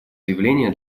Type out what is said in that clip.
заявления